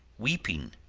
weeping,